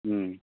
उम